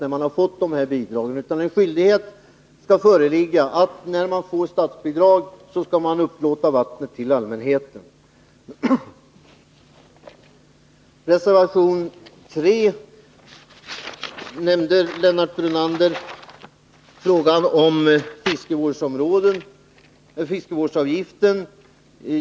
Det skall föreligga en skyldighet för den som får statsbidrag att upplåta vattnet till allmänheten. I fråga om reservation 3 nämnde Lennart Brunander frågan om fiskevårdsavgiften.